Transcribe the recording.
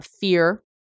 fear